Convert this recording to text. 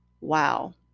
Wow